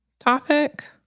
topic